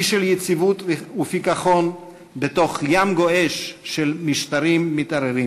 אי של יציבות ופיכחון בתוך ים גועש של משטרים מתערערים.